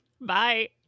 Bye